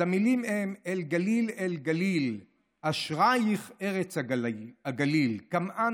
אז המילים הן "אל גליל אל גליל / אשרייך ארץ הגליל / כמהה